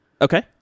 Okay